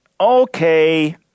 okay